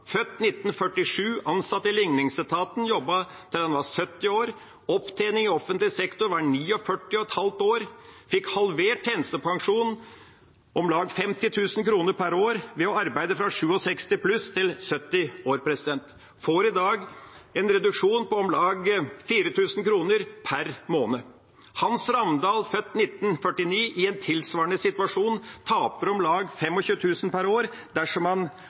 født i 1947, ansatt i ligningsetaten, jobbet til han var 70 år. Opptjeningen i offentlig sektor var 49,5 år. Han fikk halvert tjenestepensjonen med om lag 50 000 kr per år ved å arbeide fra han var 67 år til 70 år. Han får i dag en reduksjon på om lag 4 000 kr per måned. Hans Ravndal, født i 1949, er i en tilsvarende situasjon og taper om lag 25 000 kr per år dersom